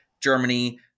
Germany